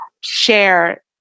share